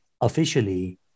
officially